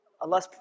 Allah